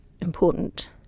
important